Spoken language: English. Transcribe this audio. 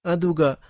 Aduga